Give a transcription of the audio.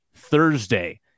Thursday